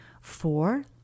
Four